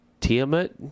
Tiamat